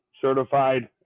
certified